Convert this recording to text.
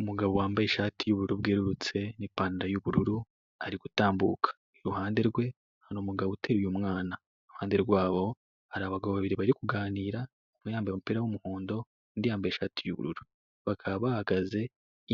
Umugabo wambaye ishati y'ubururu bwerurutse, n'ipantaro y'ubururu ari gutambuka. Iruhande rwe hari umugabo uteruye umwana. Iruhande rwabo hari abagabo babiri bari kuganira, umwe yambaye umupira w'umuhondo, undi yambaye ishati y'ubururu. Bakaba bahagaze